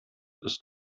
ist